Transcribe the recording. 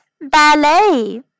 ballet